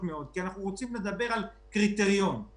לדעתי זה לא משהו מכוון.